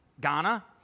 Ghana